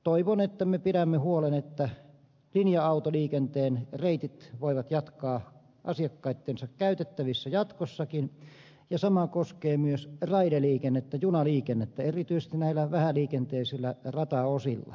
toivon että me pidämme huolen että linja autoliikenteen reitit voivat jatkaa asiakkaittensa käytettävissä jatkossakin ja sama koskee myös raideliikennettä junaliikennettä erityisesti näillä vähäliikenteisillä rataosilla